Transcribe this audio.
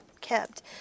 kept